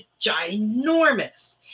ginormous